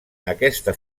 aquesta